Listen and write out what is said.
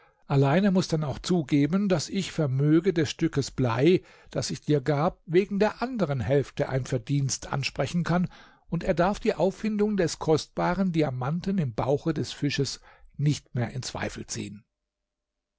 er muß dann auch zugeben daß ich vermöge des stückes blei das ich dir gab wegen der anderen hälfte ein verdienst ansprechen kann und er darf die auffindung des kostbaren diamanten im bauche des fisches nicht mehr in zweifel ziehen